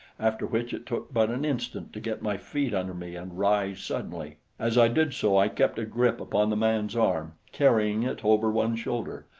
after which it took but an instant to get my feet under me and rise suddenly. as i did so, i kept a grip upon the man's arm, carrying it over one shoulder.